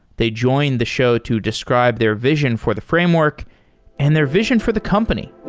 they joined the show to describe their vision for the framework and their vision for the company.